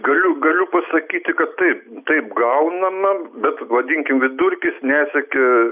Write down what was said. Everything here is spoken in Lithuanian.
galiu galiu pasakyti kad taip taip gaunama bet vadinkim vidurkis nesiekia